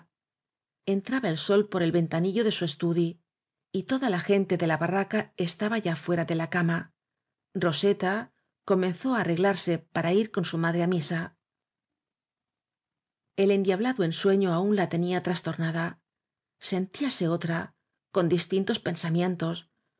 entraba el sol por el ventanillo de su estudi y toda la gente de la barraca estaba ya fuera de la cama roseta comenzó á arre glarse para ir con su madre á misa el endiablado ensueño aún la tenía trastor nada sentíase otra con distintos pensamientos